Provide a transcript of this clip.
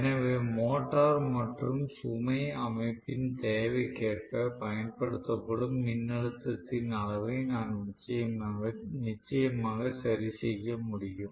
எனவே மோட்டார் மற்றும் சுமை அமைப்பின் தேவைக்கேற்ப பயன்படுத்தப்படும் மின்னழுத்தத்தின் அளவை நான் நிச்சயமாக சரி செய்ய முடியும்